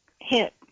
hit